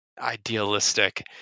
idealistic